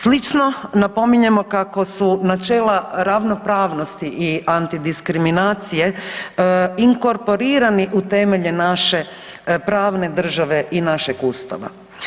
Slično napominjemo kako su načela ravnopravnosti i antidiskriminacije inkorporirani u temelje naše pravne države i našeg Ustava.